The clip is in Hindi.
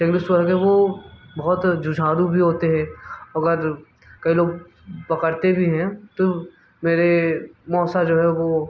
जंगली सुअर हो गए वो बहुत जुझारू भी होते हैं और कई लोग पकड़ते भी हैं तो मेरे मौसा जो हैं वो